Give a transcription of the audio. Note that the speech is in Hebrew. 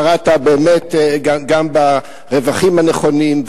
קראת באמת גם ברווחים הנכונים,